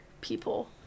people